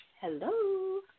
Hello